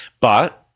But-